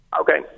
Okay